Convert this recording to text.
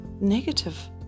negative